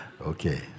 Okay